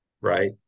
right